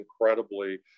incredibly